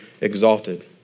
exalted